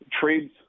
trades